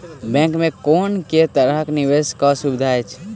Bank मे कुन केँ तरहक निवेश कऽ सुविधा अछि?